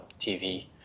TV